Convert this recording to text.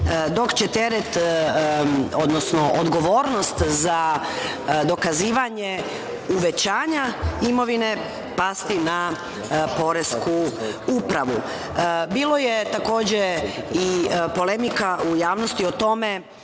dok će teret, odnosno odgovornost za dokazivanje uvećanja imovine pasti na poresku upravu. Bilo je takođe i polemika u javnosti o tome